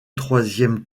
troisièmes